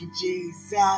Jesus